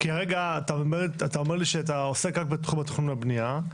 כי הרגע אתה אומר לי שאתה עוסק רק בתחום התכנון והבנייה,